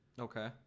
okay